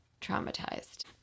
traumatized